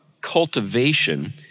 cultivation